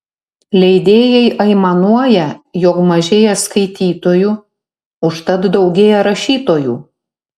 leidėjai aimanuoja jog mažėja skaitytojų užtat daugėja rašytojų